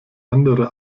andere